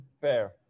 Fair